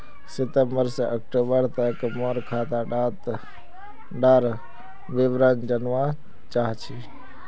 सितंबर से अक्टूबर तक मोर खाता डार विवरण जानवा चाहची?